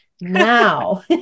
now